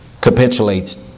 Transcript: Capitulates